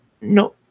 no